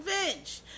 revenge